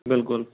بِلکُل